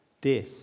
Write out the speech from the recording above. Death